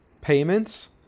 payments